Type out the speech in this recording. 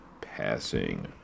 passing